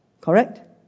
Correct